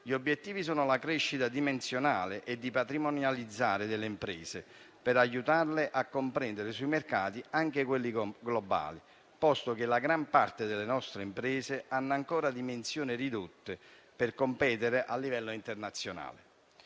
Gli obiettivi sono la crescita dimensionale e la patrimonializzazione delle imprese per aiutarle a competere sui mercati, anche su quelli globali, posto che la gran parte delle nostre imprese ha ancora dimensione ridotte per competere a livello internazionale.